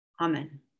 Amen